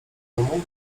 domu